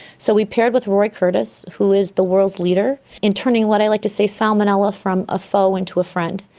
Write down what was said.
so we paired with roy curtiss who is the world's leader in turning what i like to say salmonella from a foe into a friend.